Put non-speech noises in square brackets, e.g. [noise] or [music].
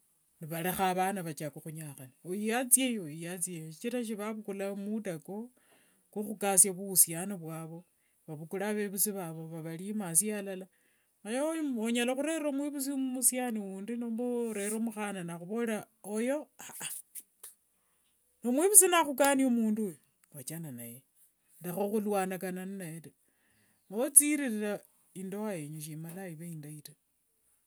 Varekha avana vachaka khunyakhana. Vuri athia eyi, vuri athia eyi, shikira sivavukula muda kwokhukasia vukhusiano vwavu taa, vavukure avevusi vavu vavarimasie alala, onyala khurerera mwivusi omusiani undi nomba orere mukhana nakhulorera, oyo. [hesitation] Nomwivusi nakhukania mundu oyo wachana na yeye, rekha khulwanakana ninaye taa, wothirira indoa yenyu simalanga iva indai taa.